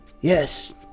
Yes